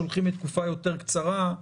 הולכים לתקופה יותר קצרה,